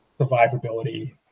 survivability